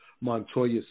Montoya